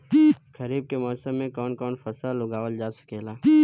खरीफ के मौसम मे कवन कवन फसल उगावल जा सकेला?